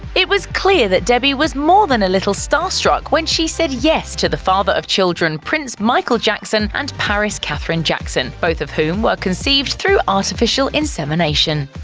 it was clear that debbie was more than a little star-struck when she said yes to the father of children prince michael jackson and paris katherine jackson, both of whom were conceived through artificial insemination.